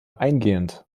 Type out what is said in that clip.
eingehend